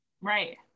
Right